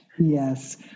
Yes